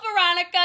Veronica